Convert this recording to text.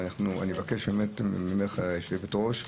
אני מבקש ממך, גברתי היושבת-ראש,